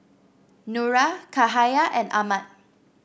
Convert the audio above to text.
Nura Cahaya and Ahmad